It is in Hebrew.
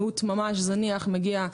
זניח ממש,